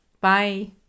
bye